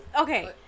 okay